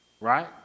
right